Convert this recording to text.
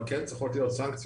אבל כן צריכות להיות סנקציות,